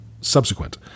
subsequent